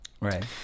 right